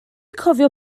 cofio